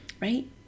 right